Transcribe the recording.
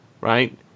right